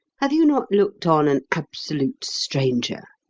have you not looked on an absolute stranger,